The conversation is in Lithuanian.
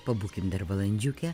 pabūkim dar valandžiukę